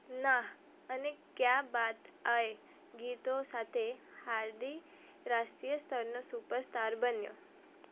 નાહ અને ક્યા બાત અય ગીતો સાથે હાર્ડી રાષ્ટ્રીય સ્તરનો સુપરસ્તાર બન્યો